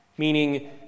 Meaning